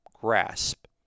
grasp